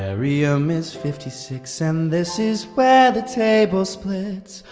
barium is fifty six, and this is where the table splits.